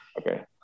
Okay